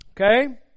Okay